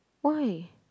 why